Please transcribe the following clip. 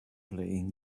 playing